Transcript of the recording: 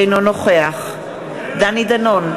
אינו נוכח דני דנון,